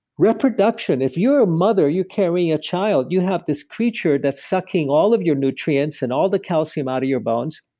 reproduction, if you're a mother, you carrying a child, you have this creature that's sucking all of your nutrients and all the calcium out of your bones,